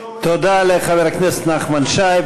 תודה לחבר הכנסת נחמן שי.